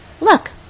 look